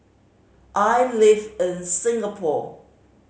I live in Singapore